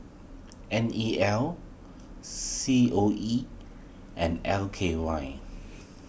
N E L C O E and L K Y